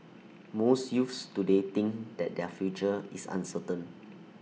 most youths today think that their future is uncertain